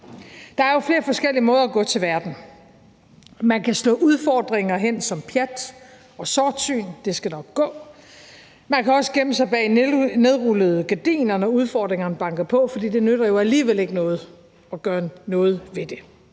Der er jo flere forskellige måder at gå til verden på. Man kan slå udfordringer hen som pjat og sortsyn og sige, at det nok skal gå. Man kan også gemme sig bag nedrullede gardiner, når udfordringerne banker på, for det nytter jo alligevel ikke noget at gøre noget ved det.